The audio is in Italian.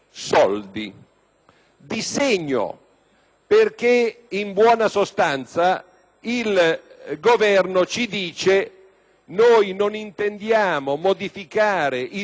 di segno perché, in buona sostanza, il Governo ci dice che non intende modificare il segno